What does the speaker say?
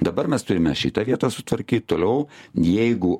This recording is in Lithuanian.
dabar mes turime šitą vietą sutvarkyt toliau jeigu